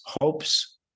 hopes